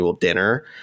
dinner